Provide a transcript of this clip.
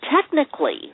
technically